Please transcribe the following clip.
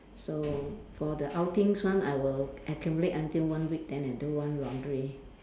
so for the outings one I will accumulate until one week then I do one laundry